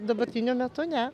dabartiniu metu ne